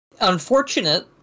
unfortunate